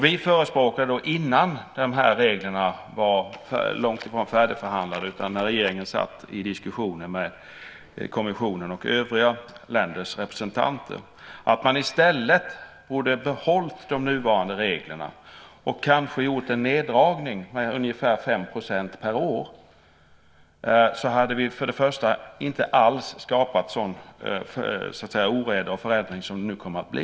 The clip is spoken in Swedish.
Vi förespråkade, när de här reglerna var långtifrån färdigförhandlade och regeringen satt i diskussion med kommissionen och övriga länders representanter, att man i stället borde ha behållit de nuvarande reglerna och kanske gjort en neddragning med ungefär 5 % per år. Då hade vi inte alls skapat en sådan oreda och en sådan förändring som det nu kommer att bli.